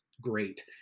great